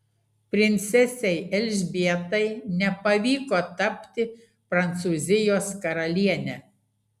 princesei elžbietai nepavyko tapti prancūzijos karaliene